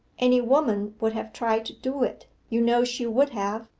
any woman would have tried to do it you know she would have.